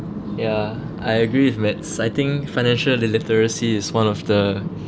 ya I agree with maths I think financial li~ literacy is one of the